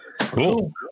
cool